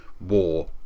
war